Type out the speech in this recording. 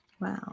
Wow